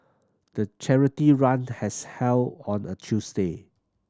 the charity run has held on a Tuesday